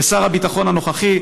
ושר הביטחון הנוכחי,